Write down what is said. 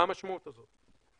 מה המשמעות הזאת?